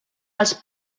els